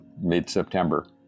mid-september